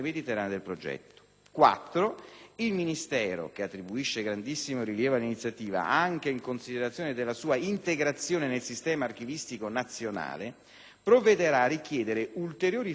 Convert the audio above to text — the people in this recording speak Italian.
4) il Ministero, che attribuisce grandissimo rilievo all'iniziativa, anche in considerazione della sua integrazione nel Sistema archivistico nazionale, provvederà a richiedere ulteriori fondi al CIPE